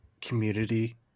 community